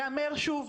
ייאמר שוב,